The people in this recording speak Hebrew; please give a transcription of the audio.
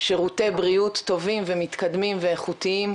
שירותי בריאות טובים ומתקדמים ואיכותיים,